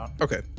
Okay